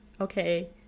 okay